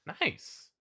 Nice